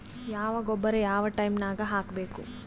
ಯಾವ ಗೊಬ್ಬರ ಯಾವ ಟೈಮ್ ನಾಗ ಹಾಕಬೇಕು?